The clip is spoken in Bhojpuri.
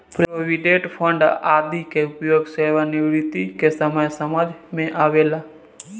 प्रोविडेंट फंड आदि के उपयोग सेवानिवृत्ति के समय समझ में आवेला